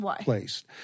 placed